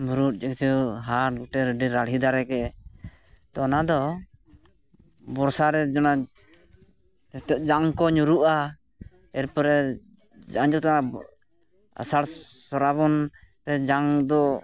ᱢᱩᱨᱩᱫ ᱡᱮᱥᱮ ᱦᱳ ᱦᱟᱴ ᱜᱚᱴᱮ ᱨᱤᱰᱤ ᱨᱟᱲᱦᱤ ᱫᱟᱨᱮᱜᱮ ᱛᱚ ᱚᱱᱟ ᱫᱚ ᱵᱚᱨᱥᱟᱨᱮ ᱚᱱᱟ ᱡᱟᱛᱮ ᱡᱟᱝᱠᱚ ᱧᱩᱨᱩᱜᱼᱟ ᱮᱨᱯᱚᱨᱮ ᱟᱡᱚᱫᱟ ᱟᱥᱟᱲ ᱥᱨᱟᱵᱚᱱ ᱨᱮ ᱡᱟᱝᱫᱚ